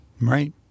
Right